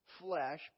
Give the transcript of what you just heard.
Flesh